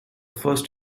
first